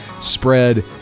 spread